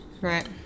Right